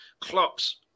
Klopp's